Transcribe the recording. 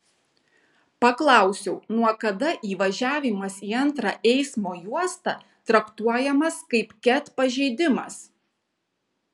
paklausiau nuo kada įvažiavimas į antrą eismo juostą traktuojamas kaip ket pažeidimas